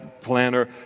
planner